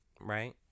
right